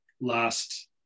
last